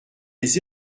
les